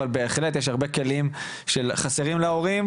אבל בהחלט יש הרבה כלים שחסרים להורים.